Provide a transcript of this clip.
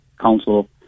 council